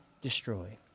destroy